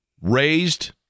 raised